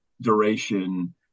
duration